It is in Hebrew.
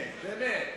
כן, באמת.